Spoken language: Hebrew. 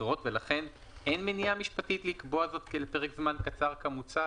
אחרות ולכן אין מניעה משפטית לקבוע זאת לפרק זמן קצר כמוצע,